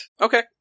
Okay